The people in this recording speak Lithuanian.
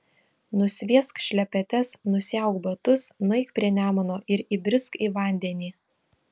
nusviesk šlepetes nusiauk batus nueik prie nemuno ir įbrisk į vandenį